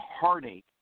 heartache